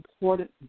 important